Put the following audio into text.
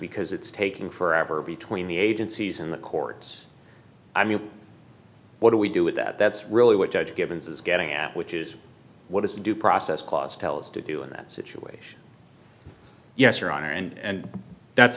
because it's taking forever between the agencies and the courts i mean what do we do with that that's really what judge givens is getting at which is what is the due process clause tells to do in that situation yes your honor and that's